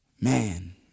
man